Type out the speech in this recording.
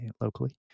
locally